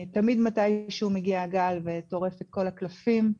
תמיד מתישהו מגיע גל ותורף את כל הקלפים.